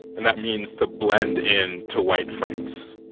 and that means to blend in to white france.